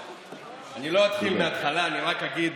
אני לא אתחיל מההתחלה, אני רק אגיד